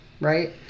right